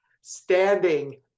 standing